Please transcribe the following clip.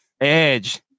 edge